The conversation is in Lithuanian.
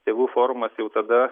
tėvų forumas jau tada